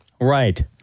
Right